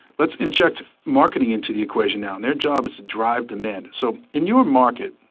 let's inject marketing into the equation now. their job is to drive demand. so in your market,